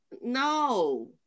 no